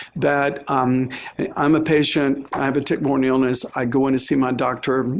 that i'm a patient, i have a tick-borne illness, i go in to see my doctor,